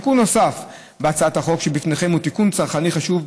תיקון נוסף בהצעת החוק שבפניכם הוא תיקון צרכני חשוב.